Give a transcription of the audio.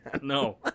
No